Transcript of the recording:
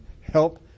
Help